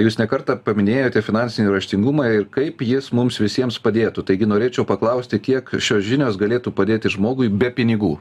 jūs ne kartą paminėjote finansinį raštingumą ir kaip jis mums visiems padėtų taigi norėčiau paklausti kiek šios žinios galėtų padėti žmogui be pinigų